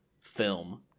film